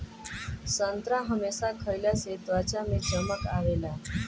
संतरा हमेशा खइला से त्वचा में चमक आवेला